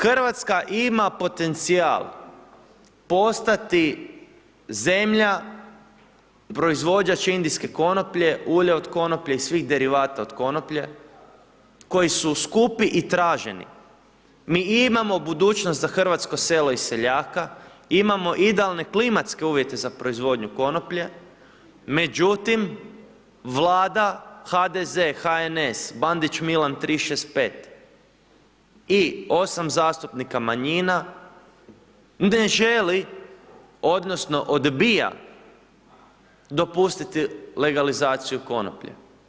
Hrvatska ima potencijal postati zemlja proizvođač indijske konoplje, ulje od konoplje i svih derivata od konoplje, koji su skupi i traženi, mi imamo budućnost za hrvatsko selo i seljaka, imamo idealne klimatske uvjete za proizvodnju konoplje, međutim Vlada HDZ, HNS, Bandić Milan 365 i 8 zastupnika manjina ne želi odnosno odbija dopustiti legalizaciju konoplje.